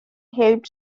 helped